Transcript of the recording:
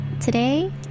Today